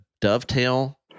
dovetail